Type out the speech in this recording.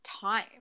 time